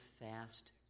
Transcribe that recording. fast